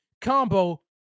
combo